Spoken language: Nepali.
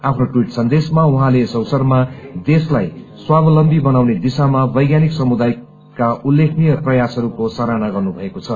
आफ्नो ट्वीट सन्देशमा उहाँले यस अवसरमा देशलाई स्वावलम्बी बनाउने दिशामा वैज्ञानिक समुदायका उत्लेखनीय प्रयासहरूको सराहना गर्नुभएको छ